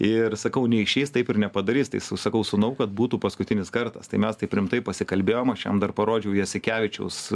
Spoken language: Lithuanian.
ir sakau neišeis taip ir nepadarys tai sus sakau sūnau kad būtų paskutinis kartas tai mes taip rimtai pasikalbėjom aš jam dar parodžiau jasikevičiaus